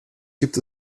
gibt